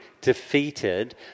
defeated